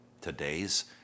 today's